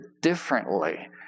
differently